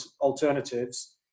alternatives